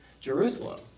Jerusalem